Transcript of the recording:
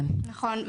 נכון.